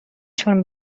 چون